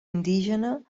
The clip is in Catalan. indígena